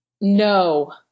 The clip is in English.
No